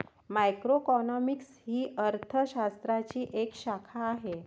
macroeconomics ही अर्थ शास्त्राची एक शाखा आहे